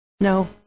No